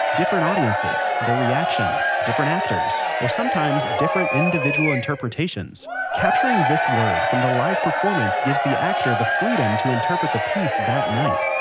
different audiences, their reactions, different actors, or sometimes different individual interpretations. capturing this word from the live performance gives the actor the freedom to interpret the piece that night.